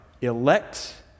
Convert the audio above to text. elect